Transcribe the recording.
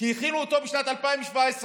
כי הכינו אותו בשנת 2017,